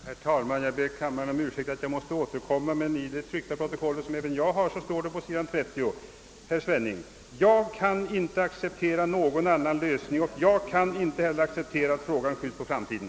Herr talman! Jag ber kammaren om ursäkt för att jag måste återkomma. Men av det tryckta protokollet från onsdagen som även jag har framgår det — på s. 30 — att herr Svenning säger: »Jag kan inte acceptera någon annan lösning och jag kan inte heller acceptera att frågan skjuts på framtiden.»